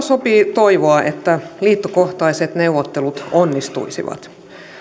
sopii toivoa että liittokohtaiset neuvottelut onnistuisivat